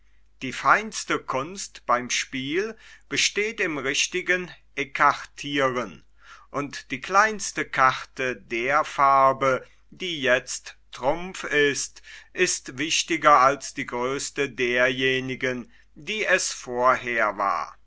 die feinste kunst beim spiel besteht im richtigen ekartiren und die kleinste karte der farbe die jetzt trumpf ist ist wichtiger als die größte derjenigen die es vorher war